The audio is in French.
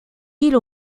île